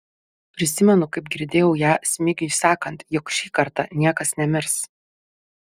prisimenu kaip girdėjau ją smigiui sakant jog šį kartą niekas nemirs